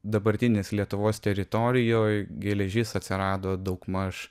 dabartinis lietuvos teritorijoj geležis atsirado daugmaž